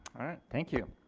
thank you.